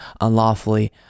unlawfully